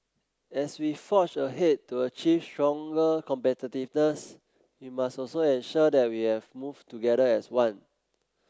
as we forge ahead to achieve stronger competitiveness we must also ensure that we have move together as one